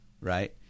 right